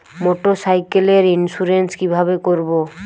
মোটরসাইকেলের ইন্সুরেন্স কিভাবে করব?